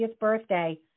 birthday